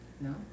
No